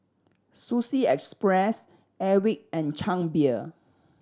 Sushi Express Airwick and Chang Beer